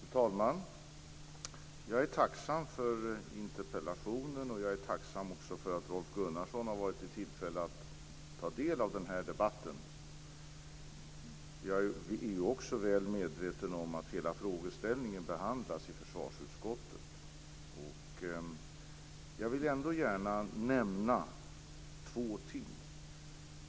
Fru talman! Jag är tacksam för interpellationen. Jag är tacksam för att Rolf Gunnarsson har haft tillfälle att ta del av debatten. Jag är också väl medveten om att hela frågeställningen behandlas i försvarsutskottet. Jag vill ändå gärna nämna två ting.